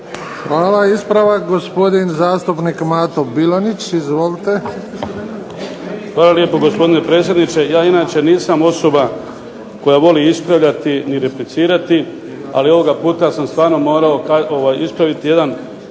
Hvala. Ispravak, gospodin zastupnik Mato Bilonjić. Izvolite. **Bilonjić, Mato (HDZ)** Hvala lijepo, gospodine predsjedniče. Ja inače nisam osoba koja voli ispravljati ni replicirati, ali ovoga puta sam stvarno morao ispraviti jedan